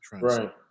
Right